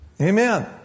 Amen